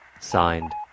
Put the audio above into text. Signed